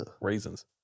raisins